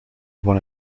upon